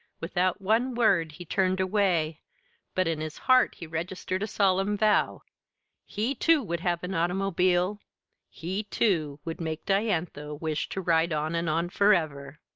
without one word he turned away but in his heart he registered a solemn vow he, too, would have an automobile he, too, would make diantha wish to ride on and on forever!